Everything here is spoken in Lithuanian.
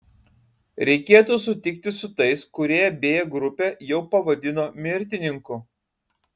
reikėtų sutikti su tais kurie b grupę jau pavadino mirtininkų